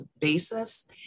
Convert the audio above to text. basis